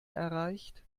erreicht